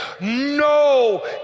No